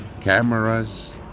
Cameras